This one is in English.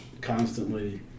constantly